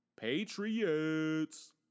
Patriots